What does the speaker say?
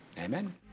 Amen